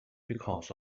because